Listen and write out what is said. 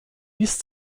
dies